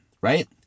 right